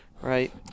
right